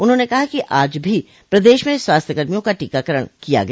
उन्होंने कहा कि आज भी प्रदेश में स्वास्थ्य कर्मियों का टीकाकरण किया गया